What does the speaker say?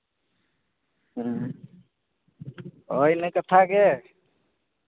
ᱦᱮᱸ ᱳᱭ ᱤᱱᱟᱹ ᱠᱟᱛᱷᱟᱜᱮ